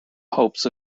hopes